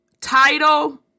Title